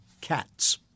Cats